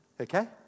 Okay